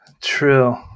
True